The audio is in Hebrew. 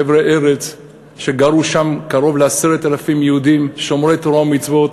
חבלי ארץ שגרו שם קרוב ל-10,000 יהודים שומרי תורה ומצוות,